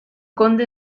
conde